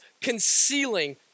concealing